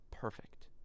perfect